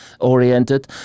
oriented